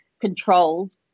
controlled